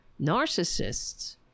Narcissists